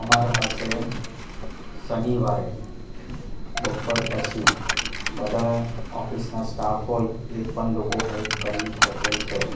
અમારા પાસે શનિવારે બપોર પછી બધા ઓફિસના સ્ટાફ હોય એ પણ લોકો હેલ્પ કરી શકે છે